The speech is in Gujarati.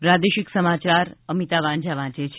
પ્રાદેશિક સમાચાર અમિતા વાંઝા વાંચે છે